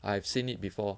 I have seen it before